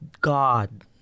God